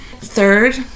Third